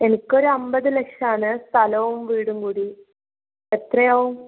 എനിക്കൊരു അമ്പത് ലക്ഷമാണ് സ്ഥലവും വീടും കൂടി എത്രയാവും